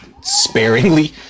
sparingly